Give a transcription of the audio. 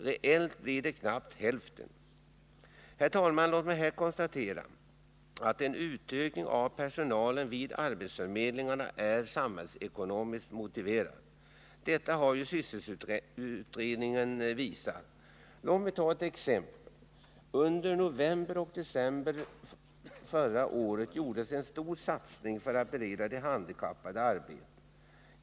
Reellt blir det knappt hälften. Herr talman! Låt mig här konstatera att en utökning av personalen vid arbetsförmedlingarna är samhällsekonomiskt motiverad. Detta har ju sysselsättningsutredningen visat. Låt mig ta ett exempel. Under november och december förra året gjordes en stor satsning för att bereda de handikappade arbete.